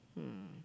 mm